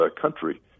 country